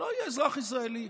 שלא יהיה אזרח ישראלי.